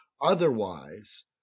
Otherwise